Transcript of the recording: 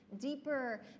deeper